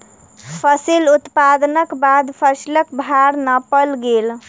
फसिल उत्पादनक बाद फसिलक भार नापल गेल